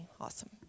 awesome